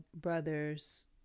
brothers